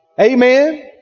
Amen